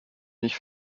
nicht